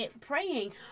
praying